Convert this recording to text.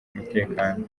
umutekano